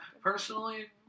personally